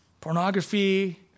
pornography